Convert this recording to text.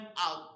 out